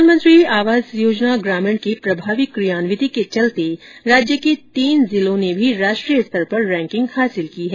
प्रधान मंत्री आवास योजना ग्रामीण की प्रभावी क्रियान्विति के चलते राज्य के तीन जिलों ने भी राष्ट्रीय स्तर पर रैंकिंग हासिल की है